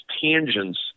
tangents